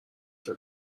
فکر